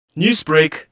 Newsbreak